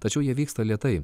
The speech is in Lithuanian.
tačiau jie vyksta lėtai